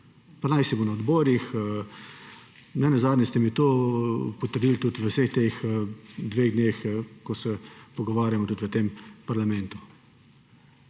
Pa najsibo na odborih, ne nazadnje ste mi to potrdili tudi v teh dveh dneh, ko se pogovarjamo tudi v parlamentu.